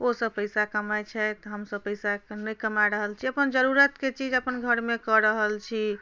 ओसभ पैसा कमाइत छथि हमसभ पैसा एखन नहि कमा रहल छी अपन जरूरतके चीज अपन घरमे कऽ रहल छी